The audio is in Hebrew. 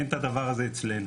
אין את הדבר הזה אצלנו.